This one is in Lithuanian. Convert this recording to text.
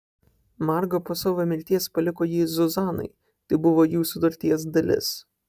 marga po savo mirties paliko jį zuzanai tai buvo jų sutarties dalis